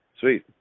Sweet